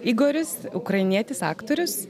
igoris ukrainietis aktorius